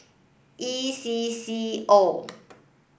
E C C O